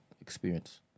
experience